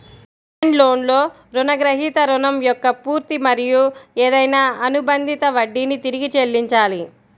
demand లోన్లో రుణగ్రహీత రుణం యొక్క పూర్తి మరియు ఏదైనా అనుబంధిత వడ్డీని తిరిగి చెల్లించాలి